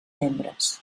membres